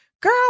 girl